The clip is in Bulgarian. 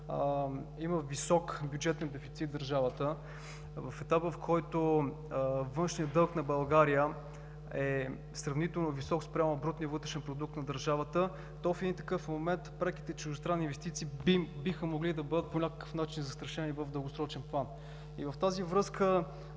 има висок бюджетен дефицит, в етап, в който външният дълг на България е сравнително висок спрямо брутния вътрешен продукт на държавата, то в един такъв момент преките чуждестранни инвестиции биха могли да бъдат по някакъв начин застрашени в дългосрочен план. И в тази връзка